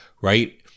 right